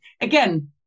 Again